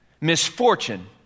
Misfortune